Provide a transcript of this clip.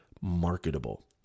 marketable